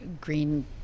green